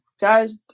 Guys